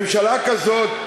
ממשלה כזאת,